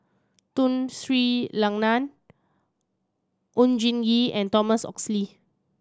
Tun Sri Lanang Oon Jin Gee and Thomas Oxley